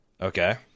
Okay